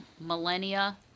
millennia